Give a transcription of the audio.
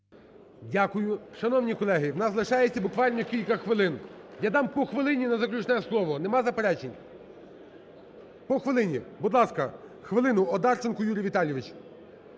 Дякую. Шановні колеги, у нас лишається буквально кілька хвилин. Я дам по хвилині на заключне слово. Нема заперечень? по хвилині. Будь ласка, хвилину – Одарченко Юрій Віталійович.